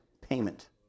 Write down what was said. payment